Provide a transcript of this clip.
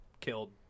killed